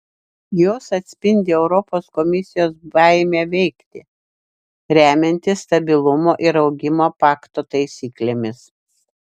jos atspindi europos komisijos baimę veikti remiantis stabilumo ir augimo pakto taisyklėmis